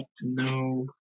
No